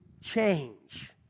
change